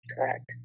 Correct